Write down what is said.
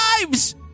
lives